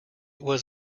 was